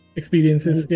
experiences